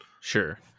Sure